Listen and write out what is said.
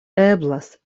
eblas